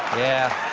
yeah,